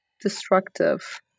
destructive